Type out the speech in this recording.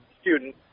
student